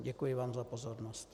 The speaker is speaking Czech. Děkuji vám za pozornost.